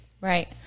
Right